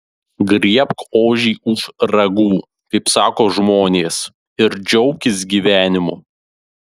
griebk ožį už ragų kaip sako žmonės ir džiaukis gyvenimu